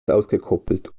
ausgekoppelt